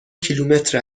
کیلومتر